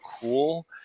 cool